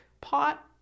pot